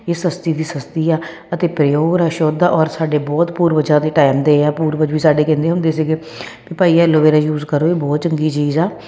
ਇਹ ਸਸਤੀ ਦੀ ਸਸਤੀ ਆ ਅਤੇ ਪਿਓਰ ਅਸ਼ੁੱਧ ਆ ਔਰ ਸਾਡੇ ਬਹੁਤ ਪੂਰਵਜਾ ਦੇ ਟਾਈਮ ਦੇ ਆ ਪੂਰਵਜ ਵੀ ਸਾਡੇ ਕਹਿੰਦੇ ਹੁੰਦੇ ਸੀਗੇ ਵੀ ਭਾਈ ਐਲੋਵੇਰਾ ਯੂਜ਼ ਕਰੋ ਇਹ ਬਹੁਤ ਚੰਗੀ ਚੀਜ਼ ਆ